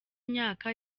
myaka